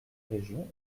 régions